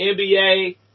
NBA